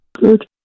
Good